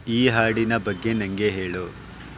ಈ ಹಾಡಿನ ಬಗ್ಗೆ ನನಗೆ ಹೇಳು